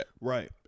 Right